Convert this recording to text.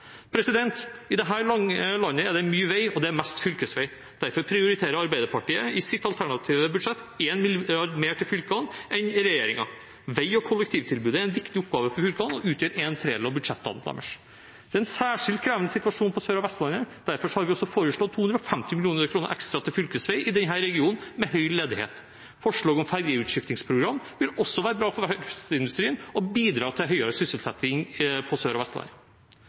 i den digitale framtiden. I dette lange landet er det mye vei, og det er mest fylkesvei. Derfor prioriterer Arbeiderpartiet i sitt alternative budsjett 1 mrd. kr mer til fylkene enn regjeringen. Vei- og kollektivtilbudet er en viktig oppgave for fylkene og utgjør en tredjedel av budsjettene deres. Det er en særskilt krevende situasjon på Sør- og Vestlandet. Derfor har vi også foreslått 250 mill. kr ekstra til fylkesvei i denne regionen, med høy ledighet. Forslaget om et fergeutskiftingsprogram vil også være bra for verftsindustrien og bidra til høyere sysselsetting på Sør- og Vestlandet.